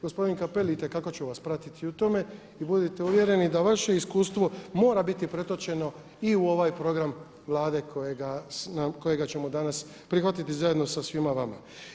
Gospodin Cappelli itekako ću vas pratiti u tome i budite uvjereni da vaše iskustvo mora biti pretočeno i u ovaj program Vlade kojega ćemo danas prihvatiti zajedno sa svima vama.